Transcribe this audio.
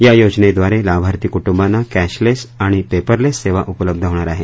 या योजने द्वारे लाभार्थी कृट्रंबांना कॅशलेस आणि पेपरलेस सेवा उपलब्ध होणार आहे